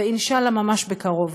ואינשאללה, ממש בקרוב.